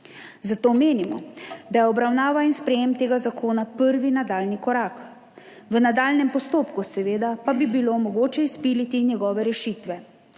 zato menimo, da je obravnava in sprejetje tega zakona prvi nadaljnji korak, v nadaljnjem postopku pa bi bilo seveda mogoče izpiliti njegove rešitve.